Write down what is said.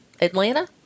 Atlanta